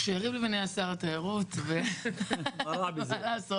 כשיריב לוין היה שר התיירות, מה לעשות.